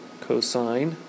cosine